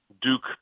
Duke